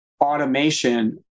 automation